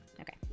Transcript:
Okay